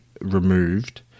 removed